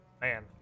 man